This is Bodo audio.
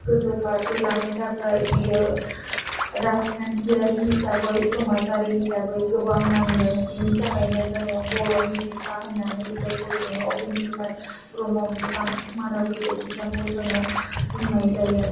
गोजौ फारसे लांनो थाखाय बियो राजखान्थियारि हिसाबै समाजारि हिसाबै गोबां नांदों बेनि थाखायनो जोङो बर'नि बिफा होननानै जायखौ जों उपेन्द्रनाथ ब्रह्म बिथां मानाव गेदेर बिथांखौ जोङो बुंनाय जायो